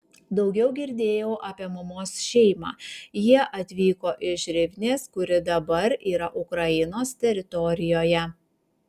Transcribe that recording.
daugiau girdėjau apie mamos šeimą jie atvyko iš rivnės kuri dabar yra ukrainos teritorijoje